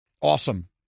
Awesome